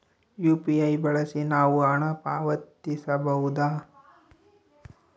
UPI ಬಳಸಿ ನಾವು ಹಣ ಪಾವತಿಸಬಹುದಾ?